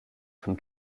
from